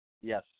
Yes